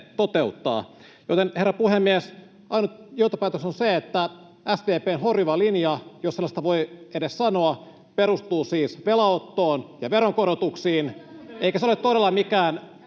Joten, herra puhemies, ainut johtopäätös on se, että SDP:n horjuva linja, jos sellaista voi edes sanoa, perustuu siis velanottoon ja veronkorotuksiin, [Pia Viitasen